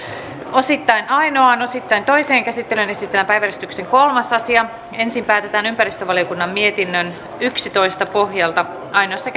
osittain ainoaan osittain toiseen käsittelyyn esitellään päiväjärjestyksen kolmas asia ensin päätetään ympäristövaliokunnan mietinnön yksitoista pohjalta ainoassa